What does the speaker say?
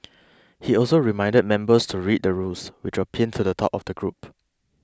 he also reminded members to read the rules which was pinned to the top of the group